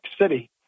City